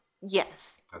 yes